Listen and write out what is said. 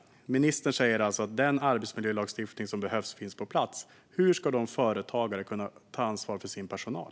Ministern säger alltså att den arbetsmiljölagstiftning som behövs finns på plats. Men hur ska dessa företagare kunna ta ansvar för sin personal?